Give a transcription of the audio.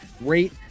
rate